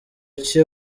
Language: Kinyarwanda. iki